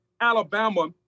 Alabama